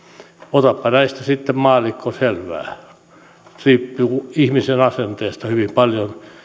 otapa näistä sitten maallikko selvää ihmisen asenteesta hyvin paljon